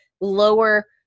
lower